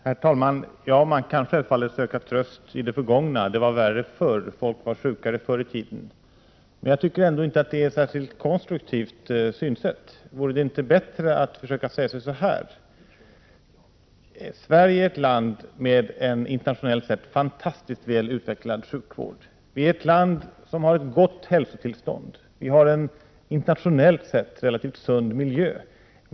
Herr talman! Man kan självfallet söka tröst i det förgångna och säga att det var värre förr och att folk var sjukare förr i tiden. Men jag tycker att det inte är ett särskilt konstruktivt synsätt. Vore det inte bättre att försöka säga så här: Sverige är ett land med en internationellt sett fantastiskt välutvecklad sjukvård. Vi är ett folk som har ett gott hälsotillstånd. Vi har en internationellt sett relativt sund miljö.